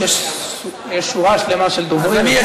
יש שורה שלמה של דוברים,